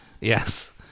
Yes